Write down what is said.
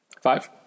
five